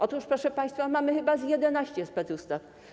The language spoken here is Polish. Otóż proszę państwa, mamy chyba 11 specustaw.